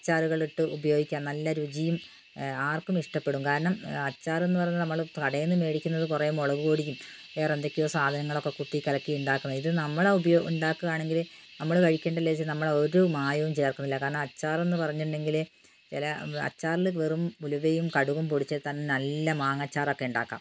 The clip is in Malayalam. അച്ചാറുകൾ ഇട്ട് ഉപയോഗിക്കാം നല്ല രുചിയും ആർക്കും ഇഷ്ടപെടും കാരണം അച്ചാർ എന്ന് പറഞ്ഞു നമ്മൾ കടയിൽ നിന്ന് മേടിക്കുന്നത് കുറെ മുളക്പൊടിയും വേറെ എന്തൊക്കെയോ സാധനങ്ങളും ഒക്കെ കുത്തിക്കലക്കി ഉണ്ടാക്കുന്നതാണ് ഇത് നമ്മളാണ് ഉണ്ടാക്കുന്നതെങ്കിൽ നമ്മൾ കഴിക്കുന്നത് അല്ലെന്ന് വിചാരിച്ചിട്ട് ഒരു മായവും ചേർക്കുന്നില്ല കാരണം അച്ചാർ എന്ന് പറഞ്ഞിട്ടുണ്ടെങ്കിൽ ചില അച്ചാറിൽ വെറും കടുകും പൊടിച്ചാൽ തന്നെ നല്ല മാങ്ങ അച്ചാർ ഒക്കെ ഉണ്ടാക്കാം